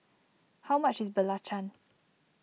how much is Belacan